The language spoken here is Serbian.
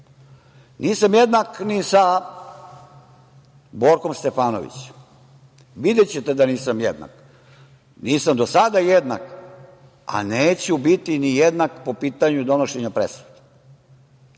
Nisam jednak ni sa Borkom Stefanovićem. Videćete da nisam jednak. Nisam do sada jednak, a neću biti jednak ni po pitanju donošenja presude. Setite